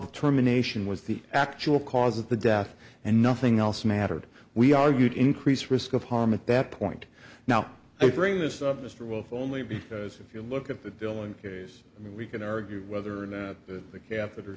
determination was the actual cause of the death and nothing else mattered we argued increased risk of harm at that point now i bring this up mr wolf only because if you look at the dylan case i mean we can argue whether in that the catheter